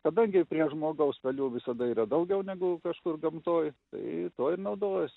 kadangi prie žmogaus vėliau visada yra daugiau negu kažkur gamtoj tai ji tuo ir naudojasi